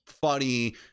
funny